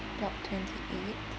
block twenty eight